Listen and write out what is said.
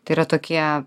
tai yra tokie